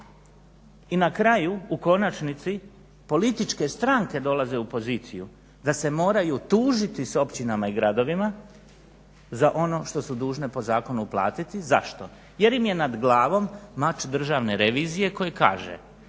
i na kraju u konačnici političke stranke dolaze u poziciju da se moraju tužiti s općinama i gradovima za ono što su dužne po zakonu uplatiti. Zašto? Jer im je nad glavom mač državne revizije koji kaže